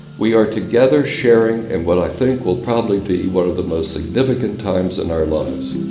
we are together sharing in what i think will probably be one of the most significant times in our lives.